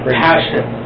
passion